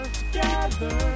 together